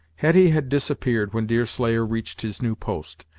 hetty had disappeared when deerslayer reached his new post,